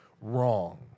wrong